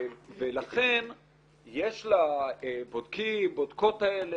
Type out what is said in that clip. ולכן יש לבודקות או הבודקים האלה